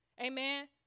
Amen